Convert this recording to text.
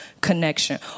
connection